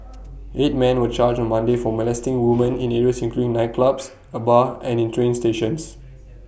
eight man were charged on Monday for molesting woman in areas including nightclubs A bar and in train stations